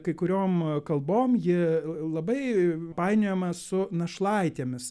kai kuriom kalbom ji labai painiojama su našlaitėmis